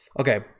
okay